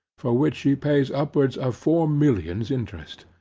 for which she pays upwards of four millions interest.